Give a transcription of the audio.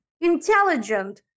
intelligent